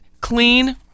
clean